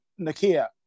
Nakia